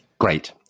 Great